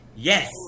Yes